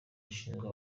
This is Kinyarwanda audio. ashinjwa